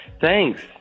Thanks